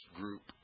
group